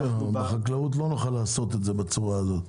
בחקלאות לא נוכל לעשות את זה בצורה הזו.